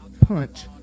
PUNCH